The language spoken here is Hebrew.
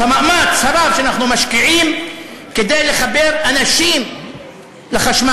את המאמץ הרב שאנחנו משקיעים כדי לחבר אנשים לחשמל.